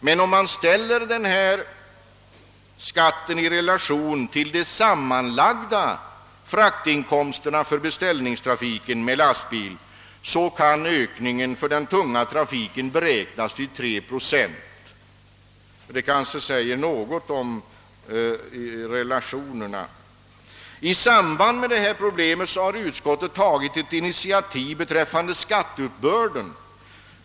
Men om man ställer denna skatt i relation till de sammanlagda fraktinkomsterna för beställningstrafiken med lastbil finner man att ökningen för den tunga trafiken kan beräknas till 3 procent. Det säger väl något om relationerna. I samband med behandlingen av detta problem har utskottet tagit ett initiativ beträffande skatteuppbörden.